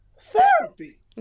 therapy